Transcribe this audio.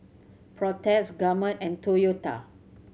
Protex Gourmet and Toyota